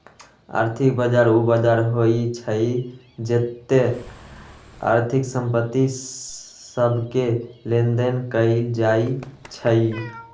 आर्थिक बजार उ बजार होइ छइ जेत्ते आर्थिक संपत्ति सभके लेनदेन कएल जाइ छइ